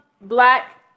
black